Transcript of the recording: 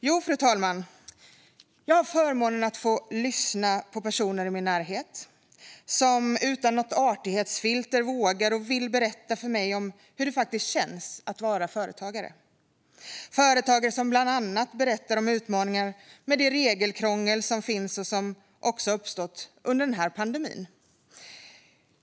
Jo, fru talman, jag har förmånen att få lyssna på personer i min närhet som utan något artighetsfilter vågar och vill berätta för mig hur det faktiskt känns att vara företagare. Det är företagare som bland annat berättar om utmaningarna med det regelkrångel som finns, även det som uppstått under pandemin.